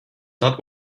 not